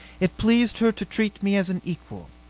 it pleased her to treat me as an equal,